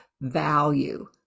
value